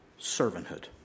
Servanthood